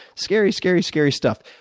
scary, scary scary stuff.